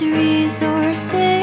resources